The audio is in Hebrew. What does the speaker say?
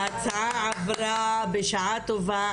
ההצעה עברה בשעה טובה,